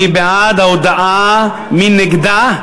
מי בעד ההודעה, מי נמנע ומי נגדה?